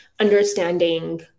understanding